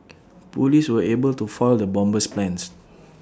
Police were able to foil the bomber's plans